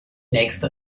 nächste